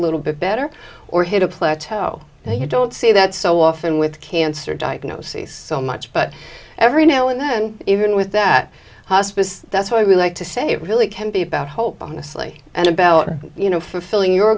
little bit better or hit a plateau and you don't see that so often with cancer diagnoses so much but every now and then even with that hospice that's what i would like to say it really can be about hope honestly and about you know fulfilling your